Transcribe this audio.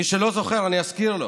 מי שלא זוכר, אני אזכיר לו